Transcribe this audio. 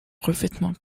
revêtement